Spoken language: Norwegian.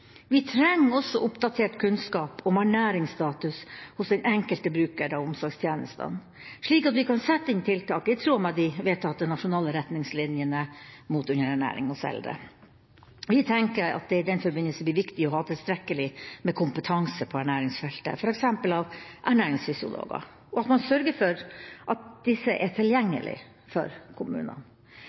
Vi trenger også oppdatert kunnskap om ernæringsstatus hos den enkelte bruker av omsorgstjenester, slik at vi kan sette inn tiltak i tråd med de vedtatte nasjonale retningslinjene mot underernæring hos eldre. Vi tenker at det i den forbindelse blir viktig å ha tilstrekkelig med kompetanse på ernæringsfeltet, f.eks. fra ernæringsfysiologer, og at man sørger for at disse er tilgjengelig for kommunene.